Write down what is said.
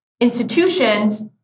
institutions